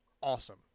awesome